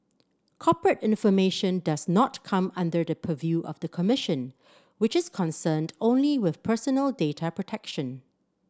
corporate information does not come under the purview of the commission which is concerned only with personal data protection